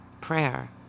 prayer